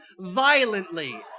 violently